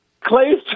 Clay's